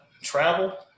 travel